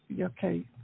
Okay